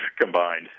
combined